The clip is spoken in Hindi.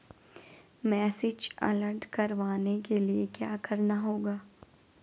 मैसेज अलर्ट करवाने के लिए क्या करना होगा?